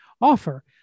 offer